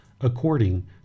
according